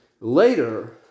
later